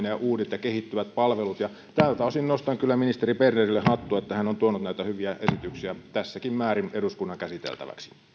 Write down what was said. ja uudet ja kehittyvät palvelut tältä osin nostan kyllä ministeri bernerille hattua että hän on tuonut näitä hyviä esityksiä tässäkin määrin eduskunnan käsiteltäväksi